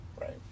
Right